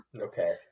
Okay